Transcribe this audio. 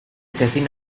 cousin